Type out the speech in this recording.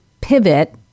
pivot